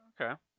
Okay